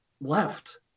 left